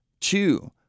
Two